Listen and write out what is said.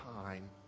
time